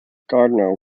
gardner